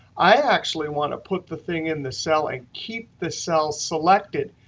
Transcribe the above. i actually want to put the thing in the cell and keep the cell selected.